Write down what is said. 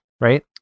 right